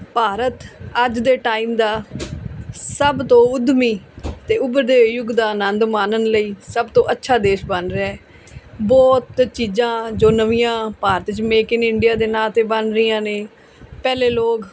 ਭਾਰਤ ਅੱਜ ਦੇ ਟਾਈਮ ਦਾ ਸਭ ਤੋਂ ਉਧਮੀ ਅਤੇ ਉਭਰਦੇ ਯੁਗ ਦਾ ਆਨੰਦ ਮਾਨਣ ਲਈ ਸਭ ਤੋਂ ਅੱਛਾ ਦੇਸ਼ ਬਣ ਰਿਹਾ ਬਹੁਤ ਚੀਜ਼ਾਂ ਜੋ ਨਵੀਆਂ ਭਾਰਤ 'ਚ ਮੇਕ ਇਨ ਇੰਡੀਆ ਦੇ ਨਾਂ 'ਤੇ ਬਣ ਰਹੀਆਂ ਨੇ ਪਹਿਲੇ ਲੋਗ